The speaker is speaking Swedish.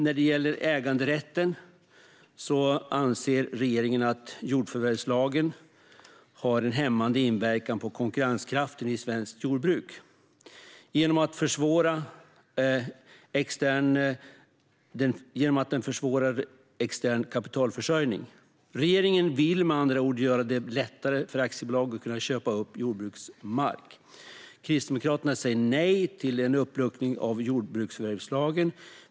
När det gäller äganderätten anser regeringen att jordförvärvslagen har en hämmande inverkan på konkurrenskraften i svenskt jordbruk genom att den försvårar extern kapitalförsörjning. Regeringen vill med andra ord göra det lättare för aktiebolag att köpa upp jordbruksmark. Kristdemokraterna säger nej till en uppluckring av jordförvärvslagen.